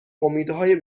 امیدهای